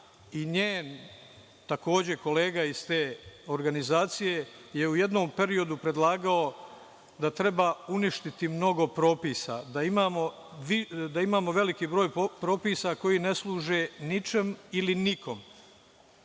i njen kolega iz te organizacije je u jednom periodu predlagao da treba uništiti mnogo propisa, da imamo veliki broj propisa koji ne služe ničemu ili nikome.